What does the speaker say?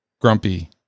grumpy